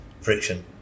friction